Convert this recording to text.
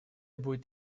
будет